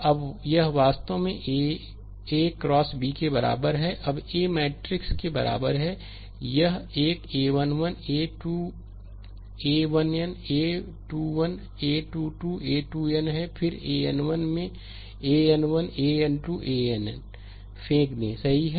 अब यह वास्तव में AX B के बराबर है अब a मैट्रिक्स के बराबर है यह एक a1 1 a 2 a1n a21 a2 2 a2 n है फिर an1 में an 1 an2 ann फेंक दें सही है